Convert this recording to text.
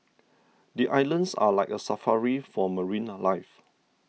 the islands are like a safari for marine life